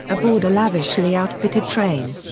aboard a lavishly outfitted train.